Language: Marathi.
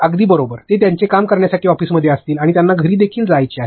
अगदी बरोबर ते त्यांचे काम करण्यासाठी ऑफिसमध्ये असतील आणि त्यांना घरी देखील जायचे आहे